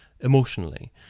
emotionally